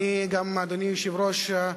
אדוני היושב-ראש,